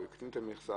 או הקטין את המכסה,